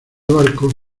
barco